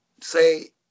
say